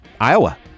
Iowa